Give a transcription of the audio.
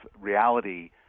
reality